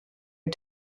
are